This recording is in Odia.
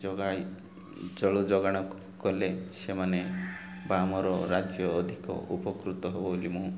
ଯୋଗାାଇ ଜଳ ଯୋଗାଣ କଲେ ସେମାନେ ବା ଆମର ରାଜ୍ୟ ଅଧିକ ଉପକୃତ ହବ ବୋଲି ମୁଁ